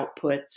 outputs